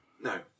No